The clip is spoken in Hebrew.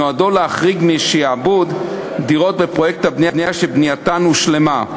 שנועדו להחריג משעבוד דירות בפרויקט הבנייה שבנייתן הושלמה,